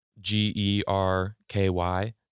G-E-R-K-Y